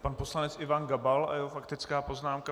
Pan poslanec Ivan Gabal a jeho faktická poznámka.